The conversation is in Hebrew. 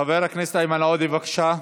חבר הכנסת איימן עודה, בבקשה,